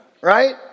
right